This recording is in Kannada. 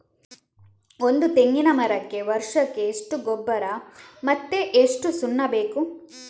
ಒಂದು ತೆಂಗಿನ ಮರಕ್ಕೆ ವರ್ಷಕ್ಕೆ ಎಷ್ಟು ಗೊಬ್ಬರ ಮತ್ತೆ ಎಷ್ಟು ಸುಣ್ಣ ಬೇಕು?